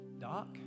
Doc